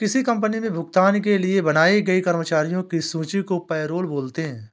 किसी कंपनी मे भुगतान के लिए बनाई गई कर्मचारियों की सूची को पैरोल बोलते हैं